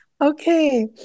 okay